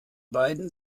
beiden